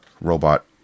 robot